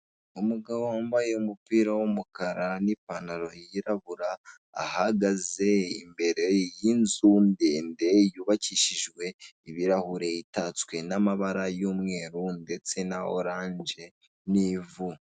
Umugabo wambaye umupira w'umukara n'ipantaro yirabura, ahagaze imbere y'inzu ndende yubakishijwe ibirahure. Itatswe n'amabara y'umweru ndetse na oranje n'ivu.